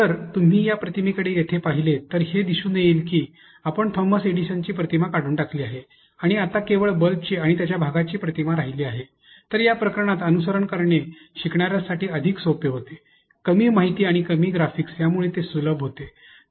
जर तुम्ही या प्रतिमेकडे येथे पाहिले तर हे दिसून येते की आपण थॉमस एडिसनची प्रतिमा काढून टाकली आहे आणि आता केवळ बल्बची आणि त्याच्या भागाची प्रतिमा राहिली आहे तर या प्रकरणात अनुसरण करणे शिकणार्यासाठी अधिक सोपे होते वेळ पहा 0855 कमी माहिती आणि कमी ग्राफिक्स ज्यामुळे हे सुलभ होते